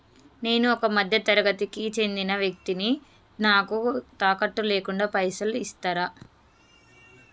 నేను ఒక మధ్య తరగతి కి చెందిన వ్యక్తిని నాకు తాకట్టు లేకుండా పైసలు ఇస్తరా?